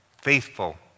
Faithful